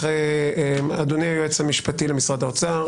אדוני היועץ המשפטי למשרד האוצר,